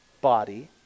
body